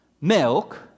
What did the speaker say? milk